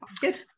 good